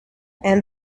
and